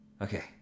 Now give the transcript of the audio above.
Okay